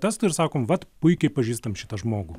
testų ir sakom vat puikiai pažįstam šitą žmogų